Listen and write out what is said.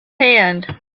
hand